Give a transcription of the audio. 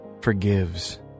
forgives